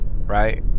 right